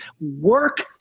work